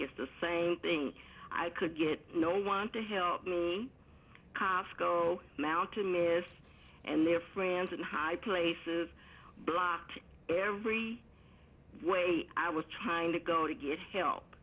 is the same thing i could get no one to help me cosco mountain is and their friends in high places blocked every way i was trying to go to get help